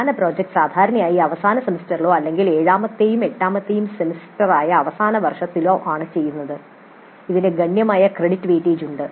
പ്രധാന പ്രോജക്റ്റ് സാധാരണയായി അവസാന സെമസ്റ്ററിലോ അല്ലെങ്കിൽ ഏഴാമത്തെയും എട്ടാമത്തെയും സെമസ്റ്ററായ അവസാന വർഷത്തിലാണ് ചെയ്യുന്നത് ഇതിന് ഗണ്യമായ ക്രെഡിറ്റ് വെയിറ്റേജ് ഉണ്ട്